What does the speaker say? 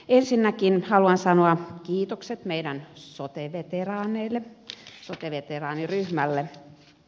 ensinnäkin haluan sanoa kiitokset meidän sote veteraaneille sote veteraaniryhmälle